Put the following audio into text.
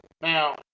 Now